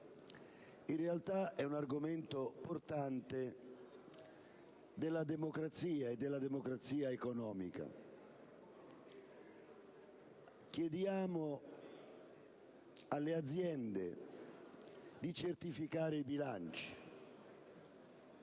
In realtà, è un argomento portante della democrazia, e della democrazia economica: chiediamo alle aziende di certificare i bilanci,